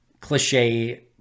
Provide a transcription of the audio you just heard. cliche